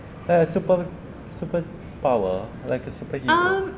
like a super super power like a superhero